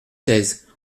seize